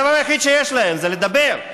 שהדבר היחיד שיש לה זה לדבר,